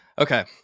Okay